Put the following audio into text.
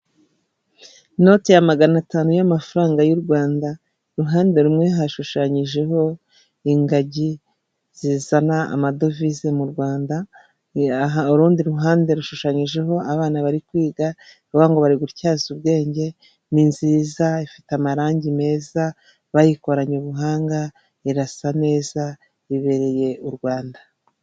Inoti ya magana atanu y'amafaranga y'u Rwanda, uruhande rumwe hashushanyijeho ingagi zizana amadovize mu Rwanda, urundi ruhande rushushanyijeho abana bari kwiga, bivuga ngo bari gutyaza ubwenge, ni nziza, ifite amarangi meza, bayikoranye ubuhanga, irasa neza, ibereye u Rwanda.